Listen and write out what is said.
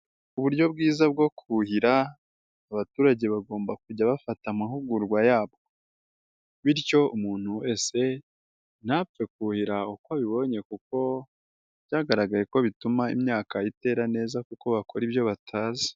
Uburyo bwiza bwo kuhira, abaturage bagomba kujya bafata amahugurwa yabwo. Bityo umuntu wese ntapfe kuhira uko abibonye kuko byagaragaye ko bituma imyaka itera neza kuko bakora ibyo batazi.